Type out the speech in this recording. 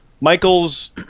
Michaels